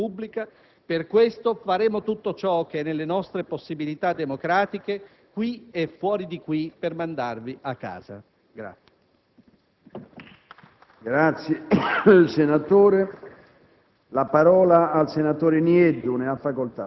La verità è che voi siete strutturalmente impossibilitati, per le caratteristiche stesse della vostra coalizione, a produrre quella coesione tra interessi sociali di cui il Paese ha bisogno per ricostruire le condizioni di uno sviluppo economico e sociale duraturo.